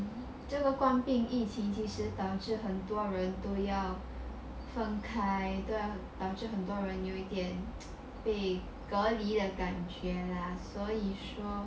这个官兵以及也是导致很多人都要分开导致很多人便被隔离的感觉 lah 所以说